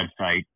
website